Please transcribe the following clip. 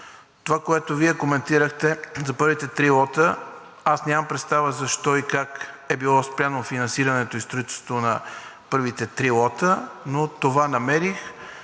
Това, което Вие коментирахте за първите три лота. Аз нямам представа защо и как е било спряно финансирането и строителството на първите три лота, но това намерих.